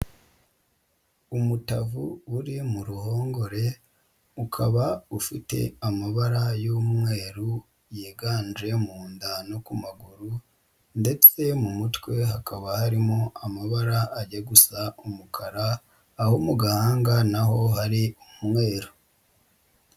Umutavu uri mu ruhongore, ukaba ufite amabara y'umweru yiganje mu nda no ku maguru ndetse mu mutwe hakaba harimo amabara ajya gusa umukara, aho mu gahanga naho hari umweru.